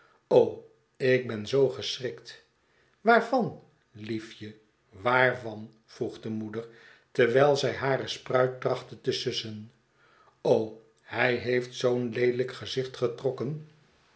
ik ben zoo geschrikt waarvan liefje waarvan vroeg de moeder terwijl zij hare spruit trachtte te sussen hij heeft zoo'n leelijk gezicht getrokken